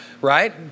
right